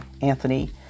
Anthony